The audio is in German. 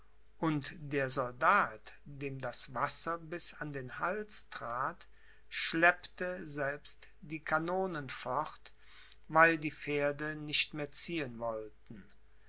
und der soldat dem das wasser bis an den hals trat schleppte selbst die kanonen fort weil die pferde nicht mehr ziehen wollten